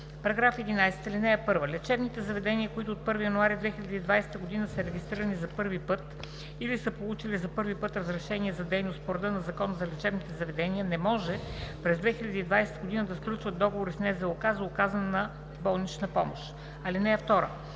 § 11: „§ 11. (1) Лечебните заведения, които от 1 януари 2020 г. са регистрирани за първи път или са получили за първи път разрешение за дейност по реда на Закона за лечебните заведения, не може през 2020 г. да сключват договори с НЗОК за оказване на болнична помощ. (2)